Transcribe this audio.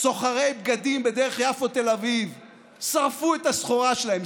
סוחרי בגדים בדרך יפו תל אביב שרפו את הסחורה שלהם,